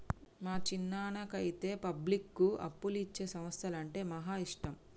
మా చిన్నాయనకైతే పబ్లిక్కు అప్పులిచ్చే సంస్థలంటే మహా ఇష్టం